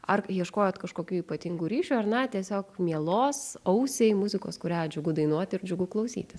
ar ieškojot kažkokių ypatingų ryšių ar na tiesiog mielos ausiai muzikos kurią džiugu dainuoti ir džiugu klausytis